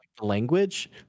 language